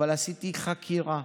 עשיתי חקירה,